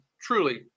truly